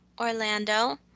Orlando